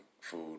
food